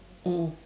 mm